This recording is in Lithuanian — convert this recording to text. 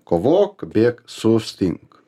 kovok bėk sustink